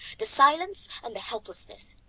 the silence and the helplessness.